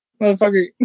Motherfucker